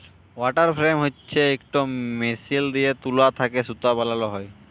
water frame হছে ইকট machine দিঁয়ে তুলা থ্যাকে সুতা বালাল হ্যয়